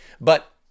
But-